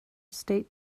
state